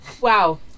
Wow